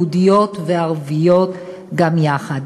יהודיות וערביות גם יחד.